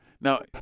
Now